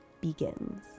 begins